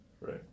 right